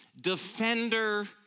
defender